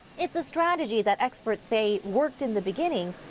it's a strategy that experts say worked in the beginning,